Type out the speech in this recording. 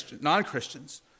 non-Christians